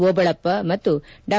ಓಬಳಪ್ಪ ಮತ್ತು ಡಾ